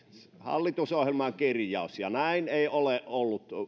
hallitusohjelman kirjaus ja näin ei ole ollut